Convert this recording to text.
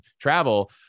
travel